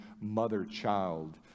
mother-child